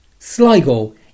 sligo